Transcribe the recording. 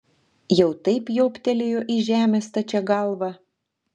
jau taip jobtelėjo į žemę stačia galva